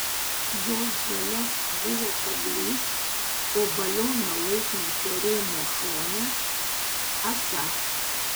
jos gale buvo kablys o balioną laikančio rėmo šone ąsa